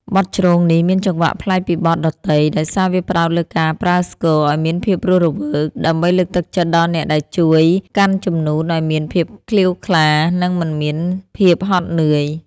បទជ្រងនេះមានចង្វាក់ប្លែកពីបទដទៃ ដោយសារវាផ្ដោតលើការប្រើស្គរឱ្យមានភាពរស់រវើក ដើម្បីលើកទឹកចិត្តដល់អ្នកដែលជួយកាន់ជំនូនឱ្យមានភាពក្លៀវក្លា និងមិនមានភាពហត់នឿយ។